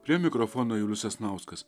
prie mikrofono julius sasnauskas